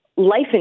life